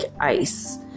ice